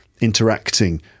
interacting